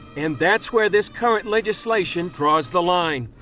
and that's where this current legislation draws the line.